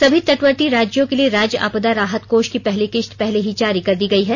सभी तटवर्ती राज्यों के लिए राज्य आपदा राहत कोष की पहली किस्त पहले ही जारी कर दी गई है